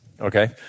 okay